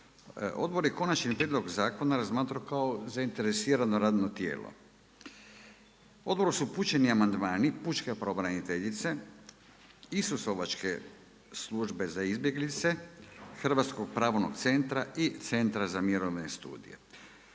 Odbor je Konačni prijedlog zakona razmatrao kao zainteresirano radno tijelo. Odboru su upućeni amandmani pučke pravobraniteljice, Isusovačke službe za izbjeglice, Hrvatskog pravnog centra i Centra za mirovne studije.